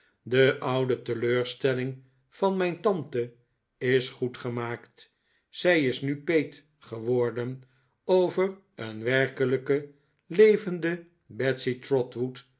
de oude teleurstelling van mijn tante is goed gemaakt zij is nu peet geworden over een werkelijke levende